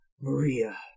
Maria